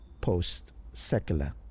post-secular